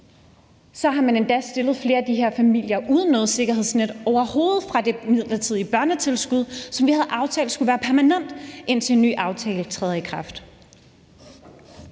har man endda stillet flere af de her familier i en situation uden noget sikkerhedsnet, overhovedet, i form af det midlertidige børnetilskud, som vi havde aftalt skulle være permanent, indtil en ny aftale trådte i kraft.